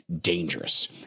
dangerous